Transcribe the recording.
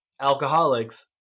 Alcoholics